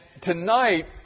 tonight